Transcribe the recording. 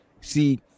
See